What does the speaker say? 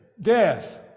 death